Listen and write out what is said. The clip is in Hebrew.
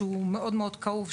שהוא מאוד מאוד כאוב,